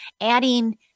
adding